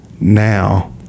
now